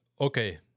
okay